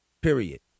period